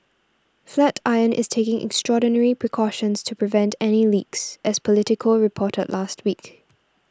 Flatiron is taking extraordinary precautions to prevent any leaks as Politico reported last week